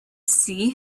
see